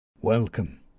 Welcome